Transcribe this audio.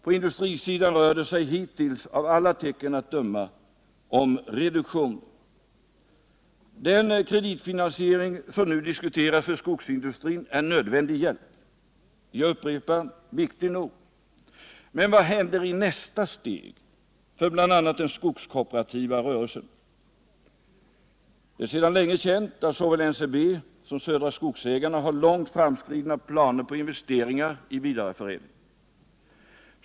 På industrisidan rör det sig hittills, av alla tecken att döma, om reduktion. Den kreditfinansiering som nu diskuteras för skogsindustrin är en nödvändig hjälp. Jag upprepar: viktig nog. Men vad händer i nästa steg för bl.a. den skogskooperativa rörelsen? Det är sedan länge känt att såväl NCB som Södra Skogsägarna har långt framskridna planer på investeringar i vidareförädling.